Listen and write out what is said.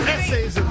Essays